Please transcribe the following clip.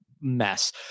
mess